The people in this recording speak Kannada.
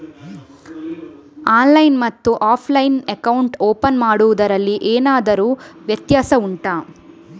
ಆನ್ಲೈನ್ ಮತ್ತು ಆಫ್ಲೈನ್ ನಲ್ಲಿ ಅಕೌಂಟ್ ಓಪನ್ ಮಾಡುವುದರಲ್ಲಿ ಎಂತಾದರು ವ್ಯತ್ಯಾಸ ಉಂಟಾ